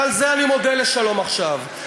ועל זה אני מודה ל"שלום עכשיו".